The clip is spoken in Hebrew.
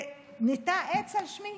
שניטע עץ על שמי,